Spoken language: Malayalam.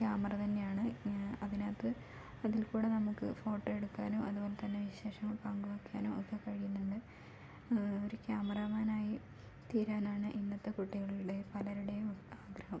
ക്യാമറ തന്നെയാണ് അതിനകത്ത് അതിൽ കൂടെ നമുക്ക് ഫോട്ടോ എടുക്കാനോ അതുപോലെ തന്നെ വിശേഷങ്ങൾ പങ്ക് വെക്കാനോ ഒക്കെ കഴിയുന്നുണ്ട് ഒര് ക്യാമറമാനായി തീരാനാണ് ഇന്നത്തെ കുട്ടികളുടെ പലരുടേയും ആഗ്രഹം